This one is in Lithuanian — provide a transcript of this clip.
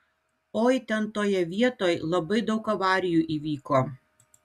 oi ten toje vietoj labai daug avarijų įvyko